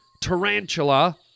tarantula